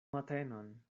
matenon